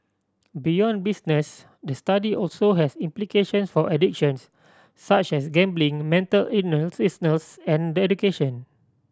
beyond business the study also has implications for addictions such as gambling mental illness and education